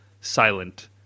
Silent